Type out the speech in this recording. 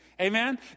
amen